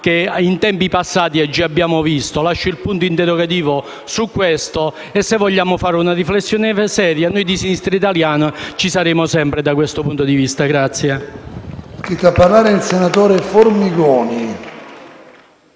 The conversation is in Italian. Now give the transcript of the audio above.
come in tempi passati abbiamo già visto. Lascio un punto interrogativo su questo e, se vogliamo fare una riflessione seria, noi di Sinistra Italiana saremo sempre disponibili da questo punto di vista.